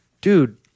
Dude